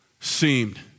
seemed